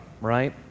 right